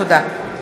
תודה.